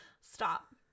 Stop